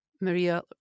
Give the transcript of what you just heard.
Maria